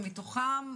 ומתוכם,